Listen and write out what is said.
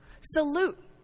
salute